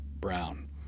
Brown